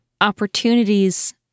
opportunities